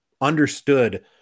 understood